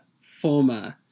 former